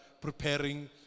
preparing